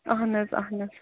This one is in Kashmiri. اَہَن حظ اَہن حظ